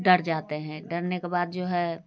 डर जाते हैं डरने के बाद जो है